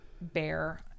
bear